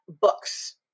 books